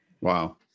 Wow